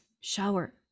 shower